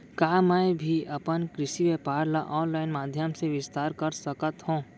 का मैं भी अपन कृषि व्यापार ल ऑनलाइन माधयम से विस्तार कर सकत हो?